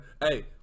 Hey